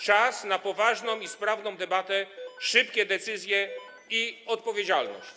Czas na poważną i sprawną debatę, szybkie decyzje i odpowiedzialność.